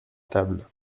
table